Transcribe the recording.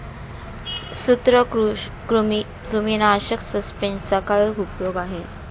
सूत्रकृमीनाशक सस्पेंशनचा काय उपयोग आहे?